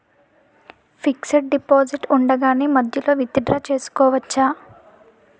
Fixed deposit ఉండగానే మధ్యలో withdraw చేసుకోవచ్చా?